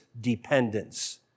dependence